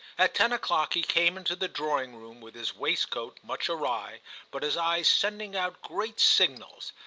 at ten o'clock he came into the drawing-room with his waistcoat much awry but his eyes sending out great signals.